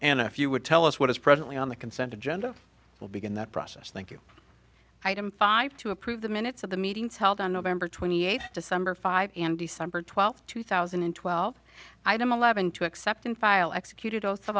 and if you would tell us what is presently on the consent agenda will begin that process thank you item five to approve the minutes of the meetings held on november twenty eighth december five am december twelfth two thousand and twelve item eleven to accept and file executed oath of